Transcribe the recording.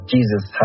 Jesus